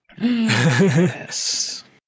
Yes